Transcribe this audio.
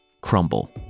Crumble